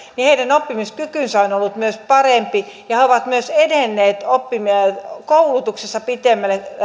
oppimiskyky on ollut parempi ja he ovat myös edenneet koulutuksessa pitemmälle